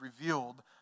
revealed